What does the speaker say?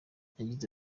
yagize